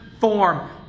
form